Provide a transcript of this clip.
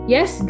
Yes